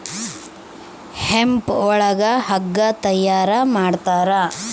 hemp ಒಳಗ ಹಗ್ಗ ತಯಾರ ಮಾಡ್ತಾರ